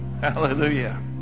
Hallelujah